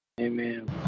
Amen